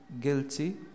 guilty